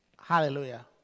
Hallelujah